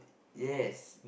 yes